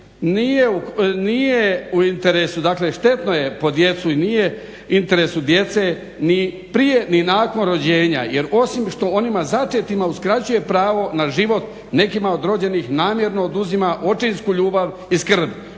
nije u interesu, dakle štetno je po djecu i nije u interesu djece ni prije ni nakon rođenja jer osim što onima začetima uskraćuje pravo na život nekima od rođenih namjerno oduzima očinsku ljubav i skrb